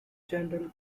general